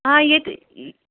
آ ییٚتہِ